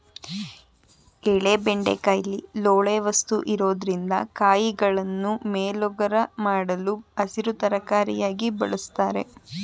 ಎಳೆ ಬೆಂಡೆಕಾಯಿಲಿ ಲೋಳೆ ವಸ್ತು ಇರೊದ್ರಿಂದ ಕಾಯಿಗಳನ್ನು ಮೇಲೋಗರ ಮಾಡಲು ಹಸಿರು ತರಕಾರಿಯಾಗಿ ಬಳುಸ್ತಾರೆ